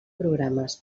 programes